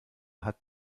hat